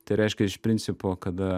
tai reiškia iš principo kada